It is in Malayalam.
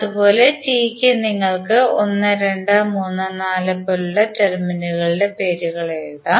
അതുപോലെ ടി യ്ക്കും നിങ്ങൾക്ക് 1 2 3 4 പോലുള്ള ടെർമിനലുകളുടെ പേരുകൾ എഴുതാം